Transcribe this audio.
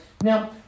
Now